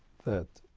that,